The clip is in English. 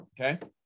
okay